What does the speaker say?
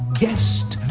guest,